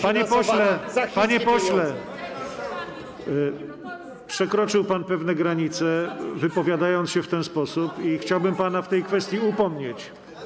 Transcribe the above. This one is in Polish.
Panie pośle, przekroczył pan pewne granice, wypowiadając się w ten sposób, i chciałbym pana w tej kwestii upomnieć.